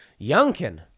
Youngkin